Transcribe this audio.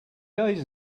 days